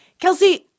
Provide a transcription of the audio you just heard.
Kelsey